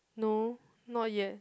no not yet